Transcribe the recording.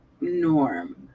norm